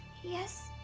yes.